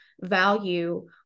value